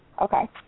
Okay